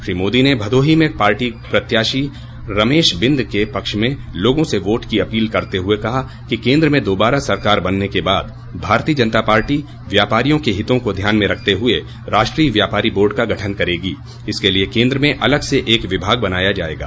श्री मोदी ने भदोही में पार्टी प्रत्याशी रमेश बिन्द के पक्ष में लोगों से वोट की अपील करते हुए कहा कि केन्द्र में दोबारा सरकार बनने के बाद भारतीय जनता पार्टी व्यापारियों के हितों को ध्यान में रखते हुए राष्ट्रीय व्यापारी बार्ड का गठन करेगी इसके लिए केन्द्र में अलग से एक विभाग बनाया जायेगा